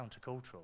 countercultural